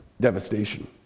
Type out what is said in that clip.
devastation